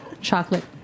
Chocolate